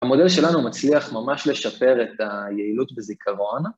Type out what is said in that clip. המודל שלנו מצליח ממש לשפר את היעילות בזיכרון.